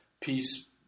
Peace